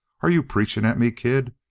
are you preaching at me, kid?